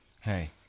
Hey